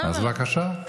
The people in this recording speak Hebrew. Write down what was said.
בטח.